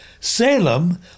Salem